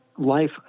life